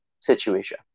situation